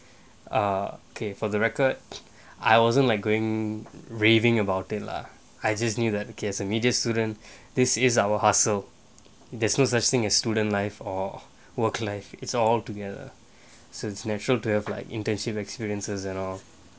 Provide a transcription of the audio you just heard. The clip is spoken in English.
ah okay for the record I wasn't like going raving about it lah I just knew that okay as a media student this is our hassle there's no such thing as student live or work life it's all together so it's natural to have like internship experiences and all